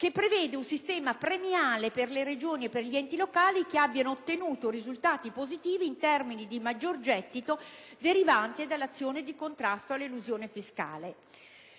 che prevede un sistema premiale per le Regioni e per gli enti locali che abbiano ottenuto risultati positivi in termini di maggior gettito derivante dall'azione di contrasto all'elusione fiscale.